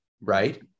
right